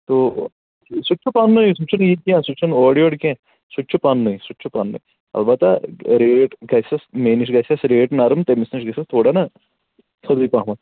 تو سُہ تہِ چھُ پَننُے سُہ چھُنہٕ یہِ کینٛہہ سُہ چھُنہٕ اورٕ یور کیٚنٛہہ سُہ تہِ چھِ پَننُے سُہ تہِ چھُ پَننُے البتہ ریٹ گژھٮ۪س مےٚ نِش گژھٮ۪س ریٹ نَرَم تٔمِس نِش گژھٮ۪س تھوڑا نہ تھوٚدُے پَہمَتھ